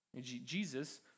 Jesus